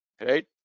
right